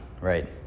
right